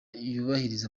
yubahiriza